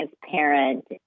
transparent